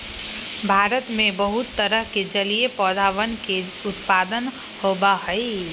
भारत में बहुत तरह के जलीय पौधवन के उत्पादन होबा हई